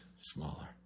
smaller